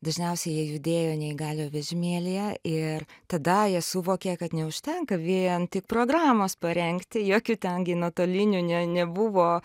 dažniausiai jie judėjo neįgaliojo vežimėlyje ir tada jie suvokė kad neužtenka vien tik programos parengti jokių ten gi nuotolinių ne nebuvo